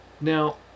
now